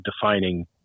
defining